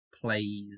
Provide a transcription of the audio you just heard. plays